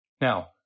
Now